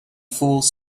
fools